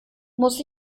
muss